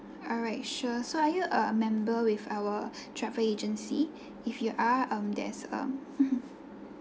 alright sure so are you a member with our travel agency if you are um there's um mmhmm